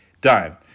done